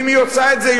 ואם היא עושה את זה,